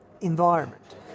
environment